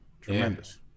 tremendous